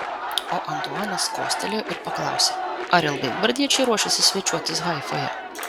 o antuanas kostelėjo ir paklausė ar ilgai gvardiečiai ruošiasi svečiuotis haifoje